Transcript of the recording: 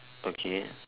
okay